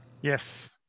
Yes